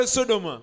Sodom